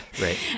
right